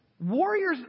Warriors